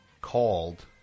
Called